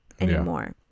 anymore